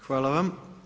Hvala vam.